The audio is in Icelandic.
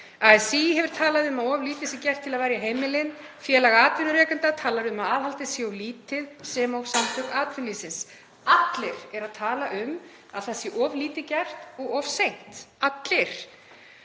ASÍ hefur talað um að of lítið sé gert til að verja heimilin, Félag atvinnurekenda talar um að aðhaldið sé of lítið sem og Samtök atvinnulífsins. Allir eru að tala um að það sé of lítið gert og of seint, allir.